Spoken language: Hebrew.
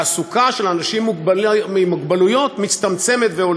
התעסוקה של אנשים עם מוגבלות הולכת ומצטמצמת.